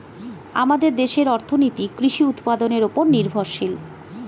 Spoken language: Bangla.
আমাদের দেশের অর্থনীতি কৃষি উৎপাদনের উপর নির্ভরশীল